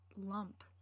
lump